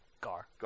Gar